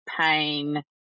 pain